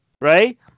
right